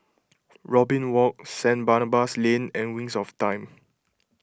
Robin Walk Saint Barnabas Lane and Wings of Time